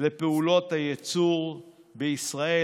לפעולות הייצור בישראל,